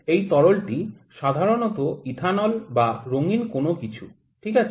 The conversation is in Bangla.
এই তরলটি সাধারণত ইথানল বা রঙিন কোন কিছু ঠিক আছে